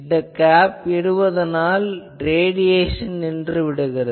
இந்த கேப் இடுவதனால் ரேடியேசன் நின்றுவிடுகிறது